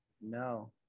No